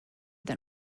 than